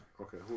Okay